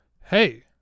Hey